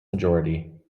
majority